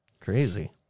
Crazy